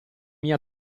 mia